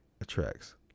attracts